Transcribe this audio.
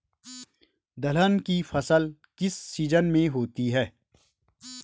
दलहन की फसल किस सीजन में होती है?